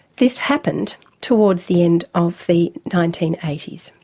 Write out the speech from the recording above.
this happened towards the end of the nineteen eighty s,